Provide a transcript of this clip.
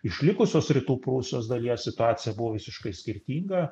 iš likusios rytų prūsijos dalies situacija buvo visiškai skirtinga